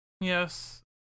Yes